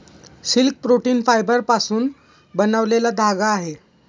silk protein फायबरपासून बनलेला धागा आहे